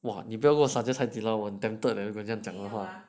!wah! 你不要给我 suggest 海底捞 tempted leh 如果这样的话